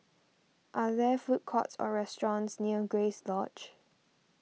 are there food courts or restaurants near Grace Lodge